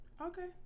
Okay